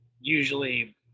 usually